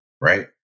right